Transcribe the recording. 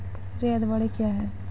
रैयत बाड़ी क्या हैं?